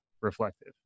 reflective